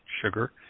sugar